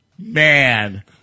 man